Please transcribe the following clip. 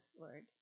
Lord